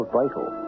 vital